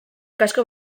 kasko